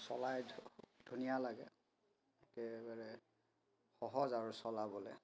চলাই ধুনীয়া লাগে একেবাৰে সহজ আৰু চলাবলৈ